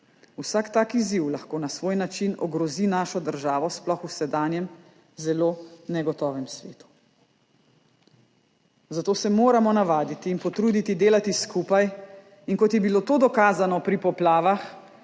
Vsak tak izziv lahko na svoj način ogrozi našo državo, sploh v sedanjem zelo negotovem svetu. Zato se moramo navaditi in potruditi delati skupaj in, kot je bilo to dokazano pri poplavah,